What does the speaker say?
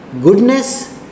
goodness